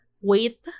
wait